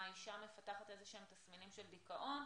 האישה מפתחת איזשהם תסמינים של דיכאון.